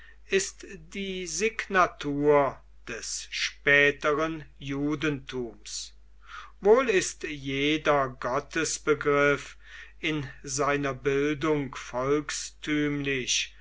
ist die signatur des späteren judentums wohl ist jeder gottesbegriff in seiner bildung